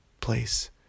place